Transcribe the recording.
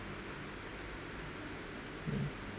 mm